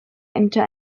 ämter